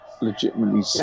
legitimately